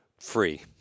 free